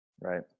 Right